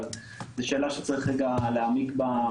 אבל זאת שאלה שצריך רגע להעמיק בה,